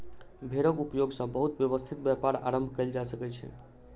भेड़क उपयोग सॅ बहुत व्यवस्थित व्यापार आरम्भ कयल जा सकै छै